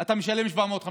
אתה משלם 750 שקל.